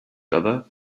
other